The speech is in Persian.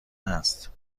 هست